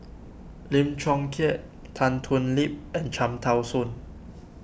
Lim Chong Keat Tan Thoon Lip and Cham Tao Soon